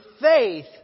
faith